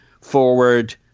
forward